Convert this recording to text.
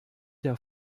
der